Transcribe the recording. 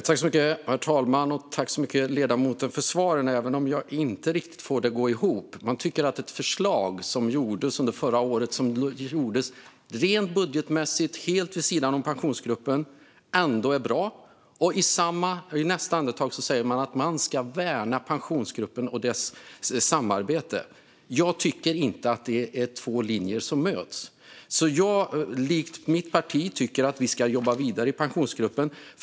Herr talman! Jag tackar så mycket för svaren, ledamoten, även om jag inte riktigt får det att gå ihop. Man tycker att ett förslag från förra året som lades fram rent budgetmässigt och helt vid sidan av Pensionsgruppen är bra, och i nästa andetag säger man att vi ska värna Pensionsgruppen och dess samarbete. Jag tycker inte att det är två linjer som möts. Jag tycker likt mitt parti att vi ska jobba vidare i Pensionsgruppen.